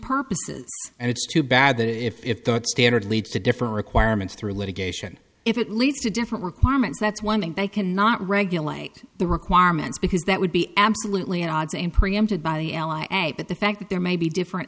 purposes and it's too bad that if that standard leads to different requirements through litigation if it leads to different requirements that's one thing they cannot regulate the requirements because that would be absolutely at odds and preempted by the l a a but the fact that there may be different